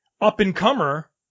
up-and-comer